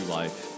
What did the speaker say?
life